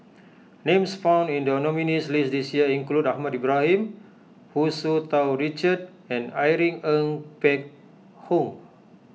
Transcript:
names found in the nominees' list this year include Ahmad Ibrahim Hu Tsu Tau Richard and Irene Ng Phek Hoong